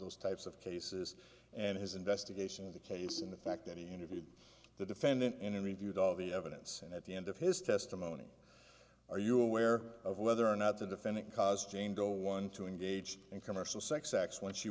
those types of cases and his investigation of the case and the fact that he interviewed the defendant in a reviewed all the evidence and at the end of his testimony are you aware of whether or not the defendant caused jane go one to engage in commercial sex acts when she